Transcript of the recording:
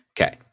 Okay